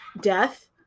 death